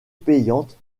payante